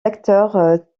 acteurs